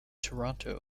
toronto